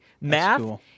Math